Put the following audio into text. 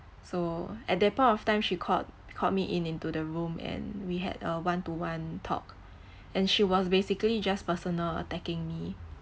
so at that point of time she called called me in into the room and we had a one to one talk and she was basically just personal attacking me